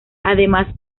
además